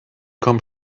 come